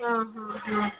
ಹಾಂ ಹಾಂ ಹಾಂ